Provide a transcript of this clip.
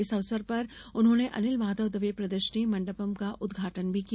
इस अवसर पर उन्होंने अनिल माधव दवे प्रदर्शनी मंडपम का उद्घाटन भी किया